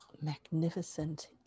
magnificent